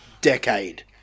decade